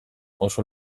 oso